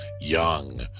young